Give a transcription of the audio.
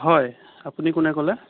হয় আপুনি কোনে ক'লে